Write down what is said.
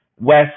west